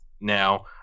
Now